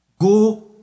go